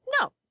No